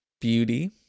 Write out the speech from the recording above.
Beauty